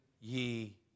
ye